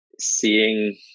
seeing